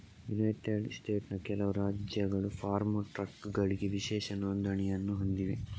United ಸ್ಟೇಟ್ಸ್ನ ಕೆಲವು ರಾಜ್ಯಗಳು ಫಾರ್ಮ್ ಟ್ರಕ್ಗಳಿಗೆ ವಿಶೇಷ ನೋಂದಣಿಯನ್ನು ಹೊಂದಿವೆ